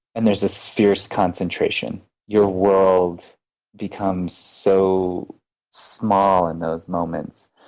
and there's this fierce concentration. your world becomes so small in those moments,